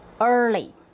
Early